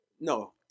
No